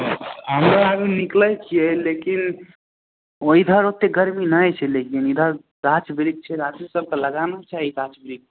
हमरो आरु निकलै छियै लेकिन ईधर ओते गर्मी नहि छै लेकिन ईधर गाछ बृक्ष छै गाछो सब तऽ लगाना चाही गाछ बृक्ष